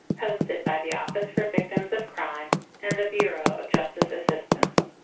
hosted by the office for victims of crime and the bureau of justice assistance.